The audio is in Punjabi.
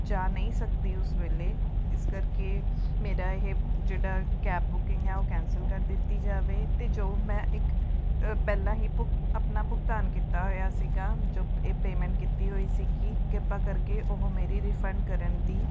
ਜਾ ਨਹੀਂ ਸਕਦੀ ਉਸ ਵੇਲੇ ਇਸ ਕਰਕੇ ਮੇਰਾ ਇਹ ਜਿਹੜਾ ਕੈਬ ਬੁਕਿੰਗ ਹੈ ਉਹ ਕੈਂਸਲ ਕਰ ਦਿੱਤੀ ਜਾਵੇ ਅਤੇ ਜੋ ਮੈਂ ਇੱਕ ਪਹਿਲਾਂ ਹੀ ਭੁ ਆਪਣਾ ਭੁਗਤਾਨ ਕੀਤਾ ਹੋਇਆ ਸੀਗਾ ਜੋ ਪੇ ਪੇਮੈਂਟ ਕੀਤੀ ਹੋਈ ਸੀਗੀ ਕਿਰਪਾ ਕਰਕੇ ਉਹ ਮੇਰੀ ਰਿਫੰਡ ਕਰਨ ਦੀ